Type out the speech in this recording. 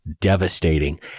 Devastating